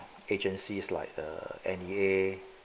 agencies like the N_E_A